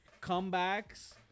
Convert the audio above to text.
comebacks